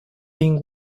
being